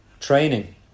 training